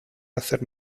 hacer